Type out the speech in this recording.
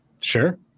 Sure